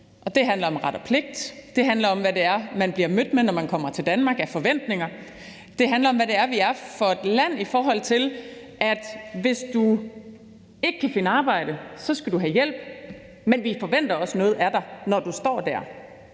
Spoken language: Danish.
Det handler om ret og pligt. Det handler om, hvad det er, man bliver mødt med af forventninger, når man kommer til Danmark. Det handler om, hvad vi er for et land, i forhold til at hvis du ikke kan finde arbejde, så skal du have hjælp, men vi forventer også noget af dig, når du står der.